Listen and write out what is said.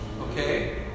Okay